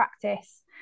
practice